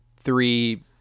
three